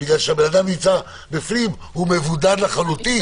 כי האדם נמצא בפנים והוא מבודד לחלוטין.